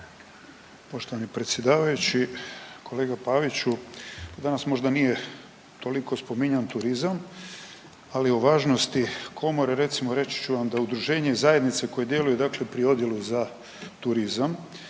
Poštovani predsjedavajući, kolega Paviću danas možda nije toliko spominjan turizam, ali o važnosti komore recimo reći ću vam da udruženje zajednice koje djeluje dakle pri odjelu za turizam